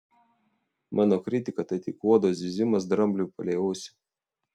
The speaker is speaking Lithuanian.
mano kritika tai tik uodo zyzimas drambliui palei ausį